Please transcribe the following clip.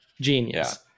genius